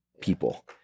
people